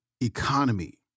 economy